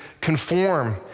conform